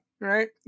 right